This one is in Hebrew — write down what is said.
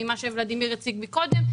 ממה שוולדימיר הציג מקודם,